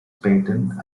patent